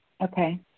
Okay